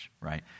right